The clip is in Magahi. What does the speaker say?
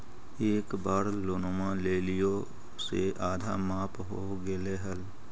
एक बार लोनवा लेलियै से आधा माफ हो गेले हल?